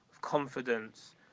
confidence